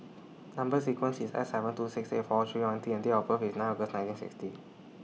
Number sequence IS S seven two six eight four three one T and Date of birth IS nine August nineteen sixty